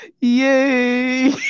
Yay